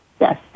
Yes